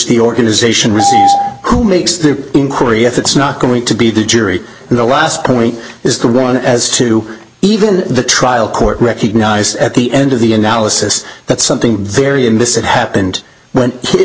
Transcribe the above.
the organization who makes the inquiry if it's not going to be the jury and the last point is the one as to even the trial court recognize at the end of the analysis that something very in this it happened when